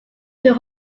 two